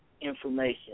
information